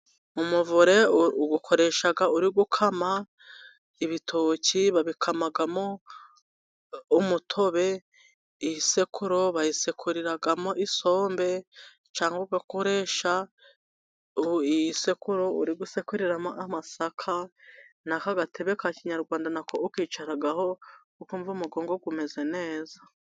Umuvure uwukoresha uri gukama ibitoki, babikamamo umutobe, isekuru bayisekuriramo isombe, cyangwa ugakoresha iyisekuru uri gusekuriramo amasaka, naka gatebe ka kinyarwanda nako ukicaraho ukumva umugongo umeze neza.